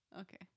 Okay